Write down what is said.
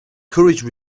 courage